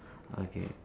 okay